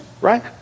right